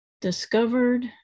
discovered